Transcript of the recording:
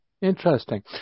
Interesting